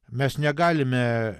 mes negalime